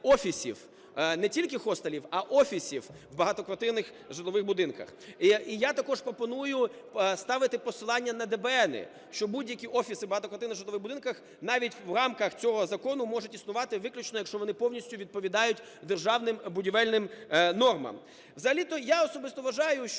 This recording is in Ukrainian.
не тільки хостелів, а офісів в багатоквартирних житлових будинках. І я також пропоную ставити посилання на ДБН, що будь-які офіси в багатоквартирних житлових будинках навіть в рамках цього закону можуть існувати виключно, якщо вони повністю відповідають державним будівельним нормам.